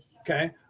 Okay